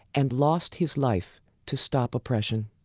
and lost his life to stop oppression.